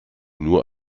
nur